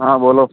हाँ बोलो